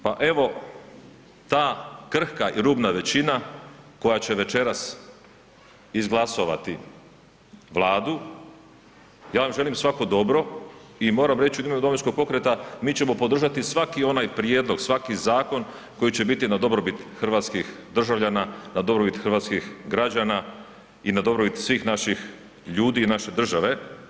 Pa evo, ta krhka i rubna većina koja će večeras izglasovati Vladu, ja vam želim svako dobro i moram reći u ime Domovinskog pokreta, mi ćemo podržati svaki onaj prijedlog, svaki zakon koji će biti na dobrobit hrvatskih državljana, na dobrobit hrvatskih građana i na dobrobit svih naših ljudi i naše države.